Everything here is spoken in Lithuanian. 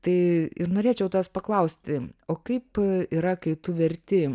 tai ir norėčiau tavęs paklausti o kaip yra kai tu verti